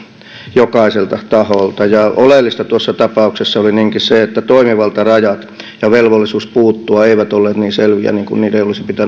jokaiselta taholta ja oleellista tuossa tapauksessa oli sekin että toimivaltarajat ja velvollisuus puuttua eivät olleet niin selviä kuin niiden olisi